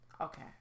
Okay